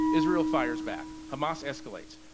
israelfires back, hamas escalates,